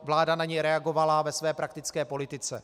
Vláda na něj reagovala ve své praktické politice.